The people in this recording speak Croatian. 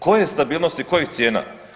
Koje stabilnosti kojih cijena?